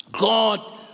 God